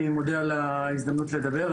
אני מודה על ההזדמנות לדבר.